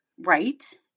Right